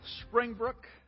Springbrook